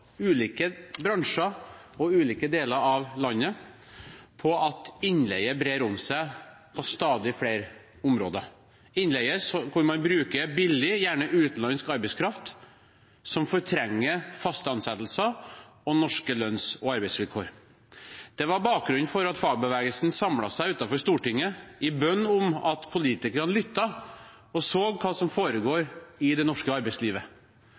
ulike andre bransjer og fra ulike deler av landet om at innleie brer om seg på stadig flere områder, innleie hvor man bruker billig – gjerne utenlandsk – arbeidskraft, som fortrenger faste ansettelser og norske lønns- og arbeidsvilkår. Det var bakgrunnen for at fagbevegelsen samlet seg utenfor Stortinget i bønn om at politikerne lytter og ser hva som foregår i